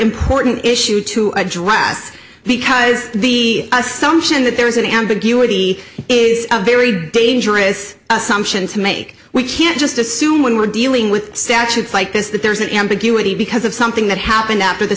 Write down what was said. important issue to address because the assumption that there is an ambiguity is a very dangerous assumption to make we can't just assume when we're dealing with statutes like this that there is an ambiguity because of something that happened after the